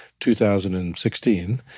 2016